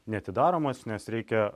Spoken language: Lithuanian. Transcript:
neatidaromos nes reikia